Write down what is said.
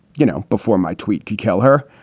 you know, before my tweet could kill her.